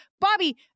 Bobby